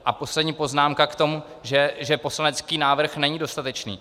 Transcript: A poslední poznámka k tomu, že poslanecký návrh není dostatečný.